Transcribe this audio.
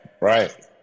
Right